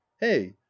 hey